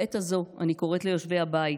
בעת הזו אני קוראת ליושבי הבית